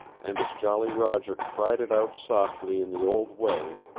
and as jolly roger cried it out softly in the old way,